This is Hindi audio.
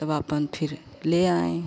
तब आपन फिर ले आएँ